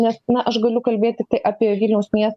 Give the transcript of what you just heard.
nes na aš galiu kalbėt tiktai apie vilniaus miestą